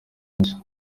nshya